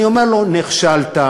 אני אומר לו: נכשלת,